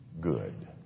good